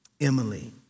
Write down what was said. Emily